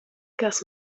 kas